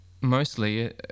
mostly